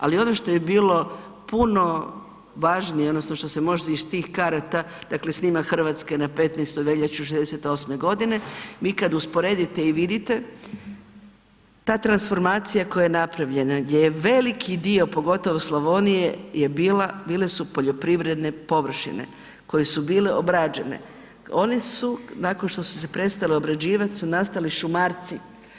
Ali ono što je bilo puno važnije, odnosno što se može iz tih karata, dakle snimak Hrvatske na 15. veljaču '68. godine, vi kad usporedite i vidite, ta transformacija koja je napravljena gdje je veliki dio pogotovo Slavonije je bila, bile su poljoprivredne površine koje su bile obrađene, one su, nakon što su se prestale obrađivati su nastali šumarci.